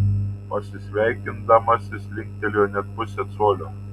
pasisveikindamas jis linktelėjo net pusę colio